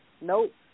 nope